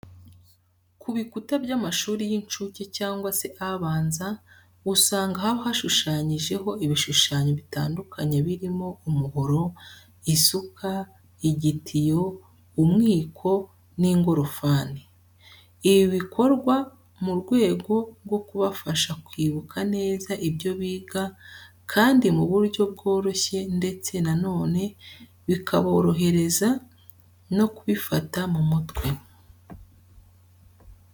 Ku bikuta by'amashuri y'incuke cyangwa se abanza usanga haba hashushanyijeho ibishushanyo bitandukanye birimo umuhoro, isuka, igitiyo, umwiko n'ingorofani. Ibi bikorwa mu rwego rwo kubafasha kwibuka neza ibyo biga kandi mu buryo bworoshye ndetse na none bikaborohereza no kubifata mu mutwe.